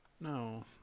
No